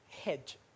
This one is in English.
hedge